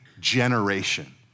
generation